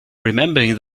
remembering